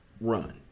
run